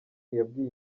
yabwiye